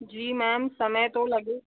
जी ma'am समय तो लगे